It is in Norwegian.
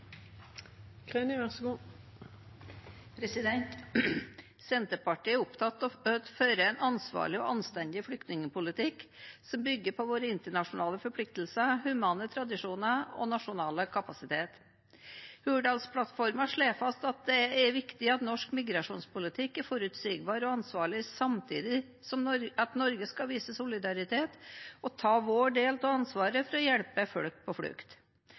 våre internasjonale forpliktelser, humane tradisjoner og nasjonale kapasitet. Hurdalsplattformen slår fast at det er viktig at norsk migrasjonspolitikk er forutsigbar og ansvarlig, samtidig som Norge skal vise solidaritet og ta vår del av ansvaret for å hjelpe folk på flukt.